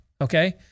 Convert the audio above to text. Okay